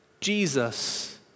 Jesus